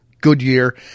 Goodyear